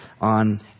on